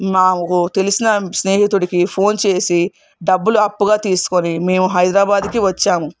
మాకు తెలిసిన స్నేహితుడికి ఫోన్ చేసి డబ్బులు అప్పుగా తీసుకొని మేము హైదరాబాద్కి వచ్చాము